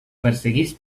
persegueix